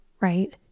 right